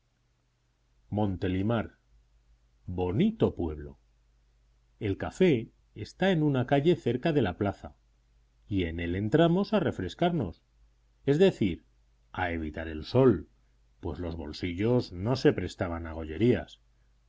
montelimart bonito pueblo el café está en una calle cerca de la plaza y en él entramos a refrescarnos es decir a evitar el sol pues los bolsillos no se prestaban a gollerías en tanto que tres de nuestros compañeros iban a